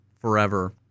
forever